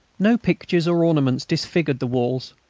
no pictures or ornaments disfigured the walls.